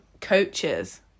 coaches